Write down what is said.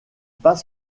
pas